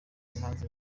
impamvu